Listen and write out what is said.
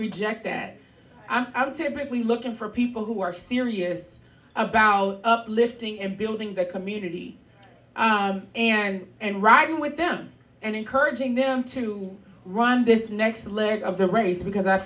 reject that i'm typically looking for people who are serious about lifting and building the community and and riding with them and encouraging them to run this next leg of the race because i